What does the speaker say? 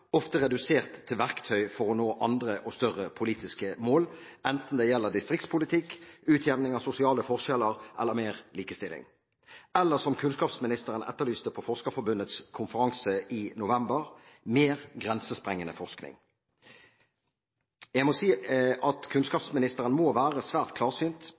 ofte redusert til verktøy for å nå andre og større politiske mål, enten det gjelder distriktspolitikk, utjevning av sosiale forskjeller eller mer likestilling. Eller som kunnskapsministeren etterlyste på Forskerforbundets konferanse i november: «mer grensesprengende forskning». Jeg må si at kunnskapsministeren må være svært klarsynt